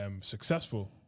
successful